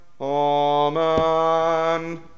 Amen